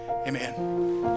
Amen